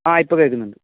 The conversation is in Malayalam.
ആ ഇപ്പം കേൾക്കുന്നുണ്ട്